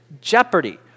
Jeopardy